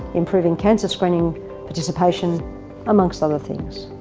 improving cancer screening participation amongst other things.